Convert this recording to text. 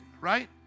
right